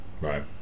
Right